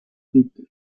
peter